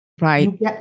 Right